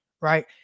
right